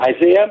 Isaiah